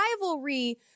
rivalry